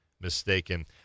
mistaken